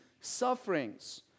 sufferings